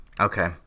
Okay